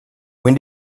when